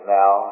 now